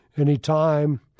anytime